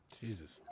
Jesus